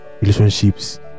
relationships